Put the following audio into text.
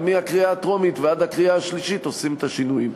ומהקריאה הטרומית ועד הקריאה השלישית עושים את השינויים.